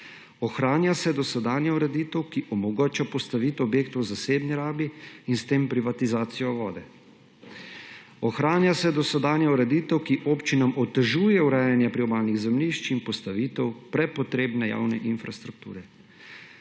ohranja se dosedanja ureditev, ki omogoča postavitev objektov v zasebni rabi in s tem privatizacijo vode; ohranja se dosedanja ureditev, ki občinam otežuje urejanje priobalnih zemljišč in postavitev prepotrebne javne infrastrukture.